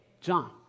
John